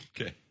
Okay